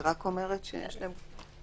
היא לא מתייחסת לפירוט.